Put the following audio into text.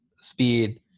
speed